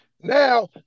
now